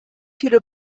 viele